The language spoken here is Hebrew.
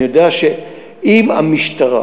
אני יודע שאם למשטרה